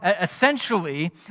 essentially